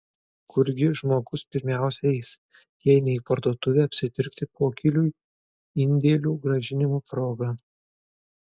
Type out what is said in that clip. kurgi žmogus pirmiausia eis jei ne į parduotuvę apsipirkti pokyliui indėlių grąžinimo proga